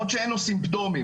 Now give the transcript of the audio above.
למרות שאין לו סימפטומים,